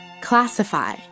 Classify